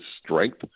strength